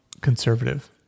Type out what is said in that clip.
conservative